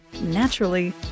naturally